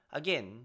again